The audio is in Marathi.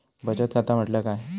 बचत खाता म्हटल्या काय?